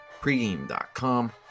pregame.com